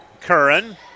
Curran